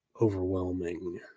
overwhelming